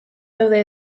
daude